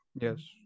Yes